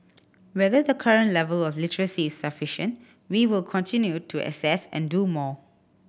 whether the current level of literacy is sufficient we will continue to assess and do more